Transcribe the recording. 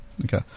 Okay